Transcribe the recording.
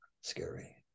scary